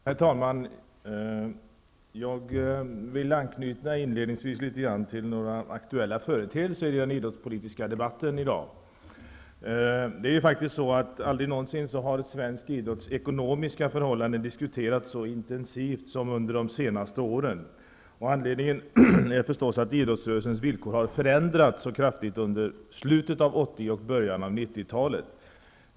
Herr talman! Jag vill inledningsvis anknyta till några aktuella företeelser i den idrottspolitiska debatten i dag. Aldrig någonsin har svensk idrotts ekonomiska förhållanden diskuterats så intensivt som under de senaste åren. Anledningen är förstås att idrottsrörelsens villkor har förändrats så kraftigt under slutet av 80-talet och början av 90-talet.